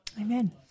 Amen